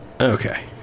okay